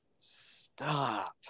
stop